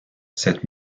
cette